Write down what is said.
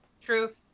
Truth